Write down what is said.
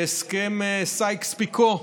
בהסכם סייקס-פיקו,